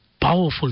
powerful